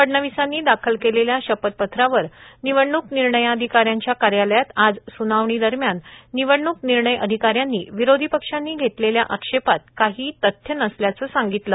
फडणवीसांनी दाखल केलेल्या शपथपत्रावर निणर्याधिकाऱ्याच्या कार्यालयात आज स्नावणी दरम्यान निवडणूक निर्णय अधिकाऱ्यांनी विरोधी पक्षांनी घेतलेल्या आक्षेपात काही तथ्य नसल्याचं सांगितलं